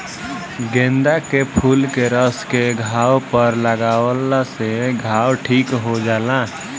गेंदा के फूल के रस के घाव पर लागावला से घाव ठीक हो जाला